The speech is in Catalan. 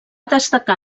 destacar